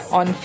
on